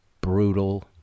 brutal